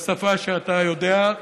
בשפה שאתה יודע,